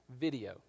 video